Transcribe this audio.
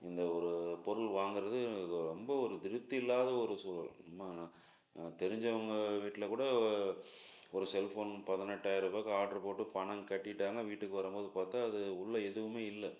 இந்த ஒரு பொருள் வாங்குறது எனக்கு ரொம்ப ஒரு திருப்தி இல்லாத ஒரு சூழல் உண்மை ஆனால் ஆனால் தெரிஞ்சவங்க வீட்டிலக்கூட ஓ ஒரு செல்ஃபோன் பதினெட்டாயர ரூபாய்க்கு ஆட்ரு போட்டு பணம் கட்டிட்டாங்க வீட்டுக்கு வருமோது பார்த்தா அது உள்ளே எதுவுமே இல்லை